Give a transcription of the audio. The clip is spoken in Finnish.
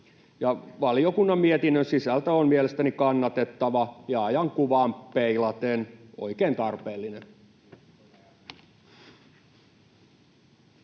Valiokunnan mietinnön sisältö on mielestäni kannatettava ja ajankuvaan peilaten oikein tarpeellinen.